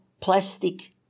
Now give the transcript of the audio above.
plastic